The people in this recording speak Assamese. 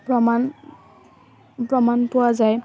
প্ৰমাণ প্ৰমাণ পোৱা যায়